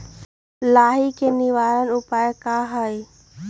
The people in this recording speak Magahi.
लाही के निवारक उपाय का होई?